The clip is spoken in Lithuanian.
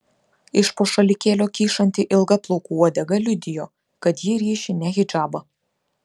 iš po šalikėlio kyšanti ilga plaukų uodega liudijo kad ji ryši ne hidžabą